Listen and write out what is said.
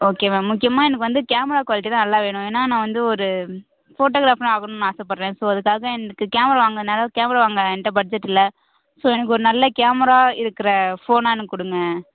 okay ma'am முக்கியமாக எனக்கு வந்து கேமரா குவாலிட்டி தான் நல்லா வேணும் ஏன்னா நான் வந்து ஒரு ஃபோட்டோகிராஃபராக ஆகணும்ன்னு நான் ஆசைப்பட்றேன் ஸோ அதுக்காக எனக்கு கேமரா வாங்கணும்னால கேமரா வாங்க என்கிட்ட பட்ஜெட் இல்லை ஸோ எனக்கு ஒரு நல்ல கேமரா இருக்கிற ஃபோனால் எனக்கு கொடுங்க